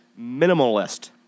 minimalist